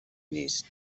نیست